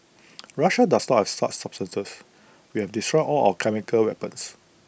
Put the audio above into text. Russia does not have substances we have destroyed all of our chemical weapons